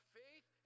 faith